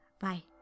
Bye